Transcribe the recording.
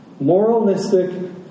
Moralistic